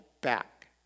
back